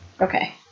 Okay